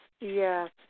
yes